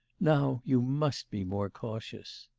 now you must be more cautious